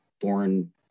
foreign